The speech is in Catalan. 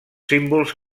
símbols